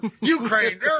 Ukraine